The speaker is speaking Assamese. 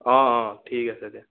অ' অ' ঠিক আছে দিয়া